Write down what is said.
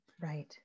Right